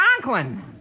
Conklin